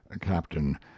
Captain